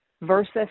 versus